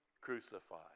crucified